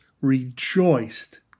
rejoiced